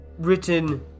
Written